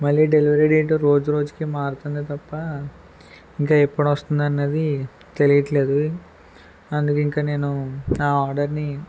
మళ్ళీ delivery date రోజురోజుకి మారుతుందే తప్ప ఇంక ఎప్పుడొస్తుందా అన్నది తెలియట్లేదు అందుకు ఇంక నేను ఆ ఆర్డర్ని